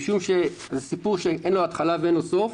משום שזה סיפור שאין לו התחלה ואין לו סוף.